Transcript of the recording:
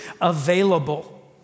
available